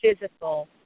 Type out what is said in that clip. physical